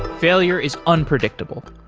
failure is unpredictable.